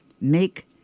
make